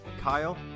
kyle